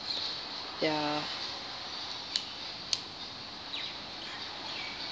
ya